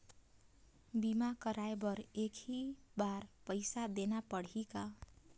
बीमा कराय बर एक ही बार पईसा देना पड़ही का?